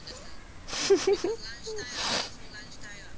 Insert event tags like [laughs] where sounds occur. [laughs]